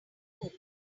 pope